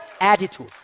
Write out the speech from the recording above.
attitude